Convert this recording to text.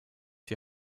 die